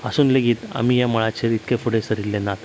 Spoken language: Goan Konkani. आसून लेगीत आमी ह्या मळाचेर फुडें सरिल्ले नात